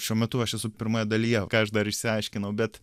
šiuo metu aš esu pirmoje dalyje o ką aš dar išsiaiškinau bet